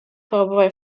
перебуває